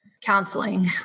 Counseling